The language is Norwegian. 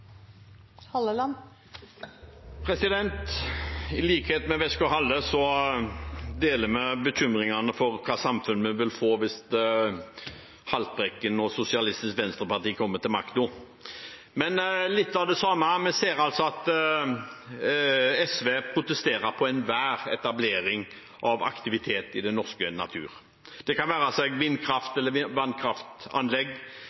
vi bekymret for hva slags samfunn vi vil få hvis representanten Haltbrekken og Sosialistisk Venstreparti kommer til makten. Men litt av det samme: Vi ser altså at SV protesterer mot enhver etablering av aktivitet i den norske naturen, det være seg vindkraft-